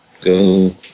Go